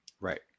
right